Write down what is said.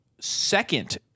second